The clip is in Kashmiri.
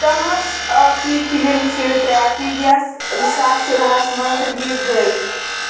تہنٛز ٲخری فلم چھِ ٹرٮ۪فک یَس زٕ ساس شُرہس منٛز رِلیٖز گٔے